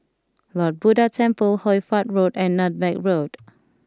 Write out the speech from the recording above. Lord Buddha Temple Hoy Fatt Road and Nutmeg Road